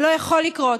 זה לא יכול לקרות.